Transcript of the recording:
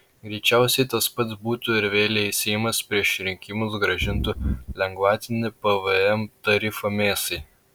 greičiausiai tas pats būtų ir vėl jei seimas prieš rinkimus grąžintų lengvatinį pvm tarifą mėsai